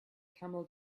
camel